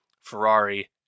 ferrari